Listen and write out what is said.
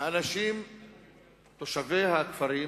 האנשים תושבי הכפרים